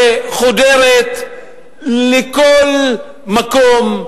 שחודרת לכל מקום,